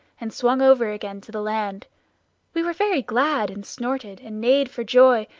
and swung over again to the land we were very glad, and snorted and neighed for joy,